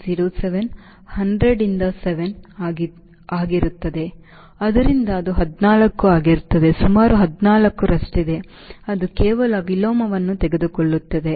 07 100 ರಿಂದ 7 ಆಗಿರುತ್ತದೆ ಆದ್ದರಿಂದ ಅದು 14 ಆಗಿರುತ್ತದೆ ಸುಮಾರು 14 ರಷ್ಟಿದೆ ಅದು ಕೇವಲ ವಿಲೋಮವನ್ನು ತೆಗೆದುಕೊಳ್ಳುತ್ತದೆ